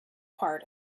part